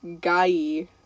guy